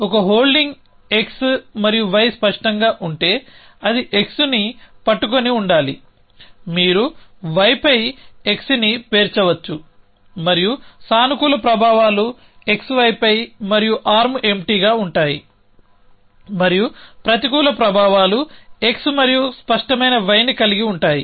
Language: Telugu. ఒక హోల్డింగ్ x మరియు y స్పష్టంగా ఉంటే అది xని పట్టుకుని ఉండాలి మీరు yపై xని పేర్చవచ్చు మరియు సానుకూల ప్రభావాలు xyపై మరియు ఆర్మ్ ఎంప్టీగా ఉంటాయి మరియు ప్రతికూల ప్రభావాలు x మరియు స్పష్టమైన y ని కలిగి ఉంటాయి